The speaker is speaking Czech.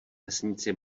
vesnici